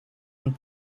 ont